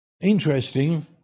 interesting